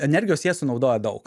energijos jie sunaudoja daug